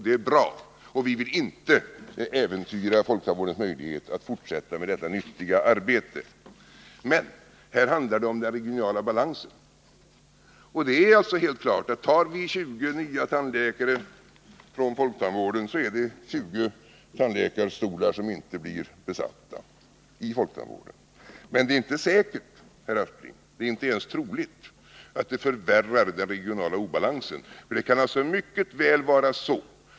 Det är bra — och vi vill inte äventyra folktandvårdens möjlighet att fortsätta detta nyttiga arbete. Men här handlar det om den regionala balansen. Det är helt klart att om vi tar 20 nya tandläkare från folktandvården, är det 20 tandläkarstolar som inte blir besatta i folktandvården. Men det är inte säkert eller ens troligt, herr Aspling, att det förvärrar den regionala obalansen.